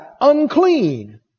unclean